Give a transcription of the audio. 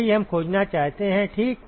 यही हम खोजना चाहते हैं ठीक